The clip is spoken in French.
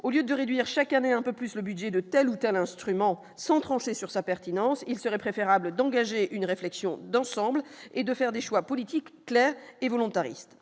au lieu de réduire chaque année un peu plus le budget de tels ou tels instruments sans trancher sur sa pertinence, il serait préférable d'engager une réflexion d'ensemble et de faire des choix politiques clairs et volontariste